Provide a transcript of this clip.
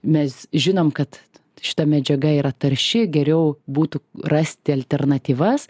mes žinom kad šita medžiaga yra tarši geriau būtų rasti alternatyvas